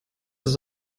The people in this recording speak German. das